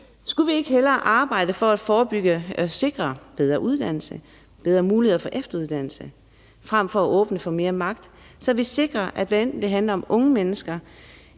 Skulle vi ikke hellere arbejde for at forebygge og sikre bedre uddannelse og bedre muligheder for efteruddannelse frem for at åbne for mere magt, så vi sikrer, at hvad enten det handler om unge mennesker,